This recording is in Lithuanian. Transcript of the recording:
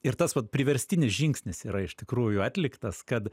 ir tas priverstinis žingsnis yra iš tikrųjų atliktas kad